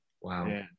wow